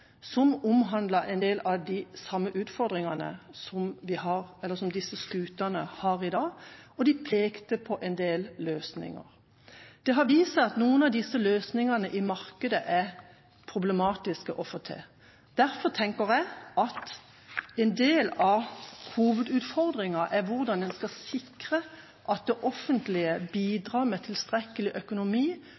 som omhandlet en del av de samme utfordringene som disse skutene har i dag, og de pekte på en del løsninger. Det har vist seg at noen av disse løsningene i markedet er problematiske å få til. Derfor tenker jeg at en del av hovedutfordringa er hvordan en skal sikre at det offentlige bidrar med tilstrekkelig økonomi,